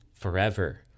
Forever